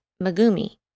Megumi